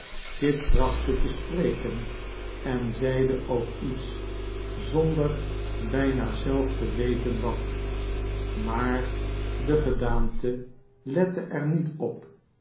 kit trachtte te spreken en zeide ook iets zonder bijna zelf te weten wat maar de gedaante lette er niet op